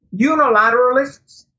unilateralists